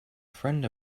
friend